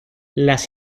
las